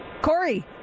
Corey